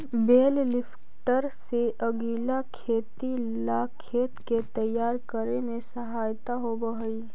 बेल lifter से अगीला खेती ला खेत के तैयार करे में सहायता होवऽ हई